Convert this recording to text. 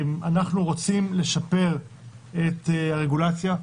אנחנו רוצים לשפר את הרגולציה,